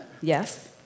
yes